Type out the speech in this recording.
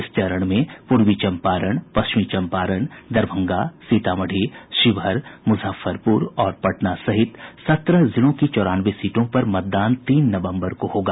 इस चरण में पूर्वी चंपारण पश्चिमी चंपारण दरभंगा सीतामढ़ी शिवहर मुजफ्फरपुर और पटना सहित सत्रह जिलों की चौरानवे सीटों पर मतदान तीन नवम्बर को होगा